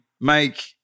Make